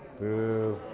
Boo